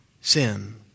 sin